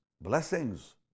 blessings